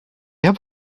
have